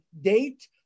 date